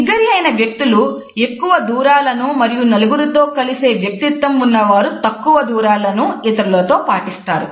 సిగ్గరి అయినా వ్యక్తులు ఎక్కువ దూరాలను మరియు నలుగురితో కలిసే వ్యక్తిత్వం ఉన్నవారు తక్కువ దూరాలను ఇతరులతో పాటిస్తారు